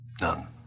None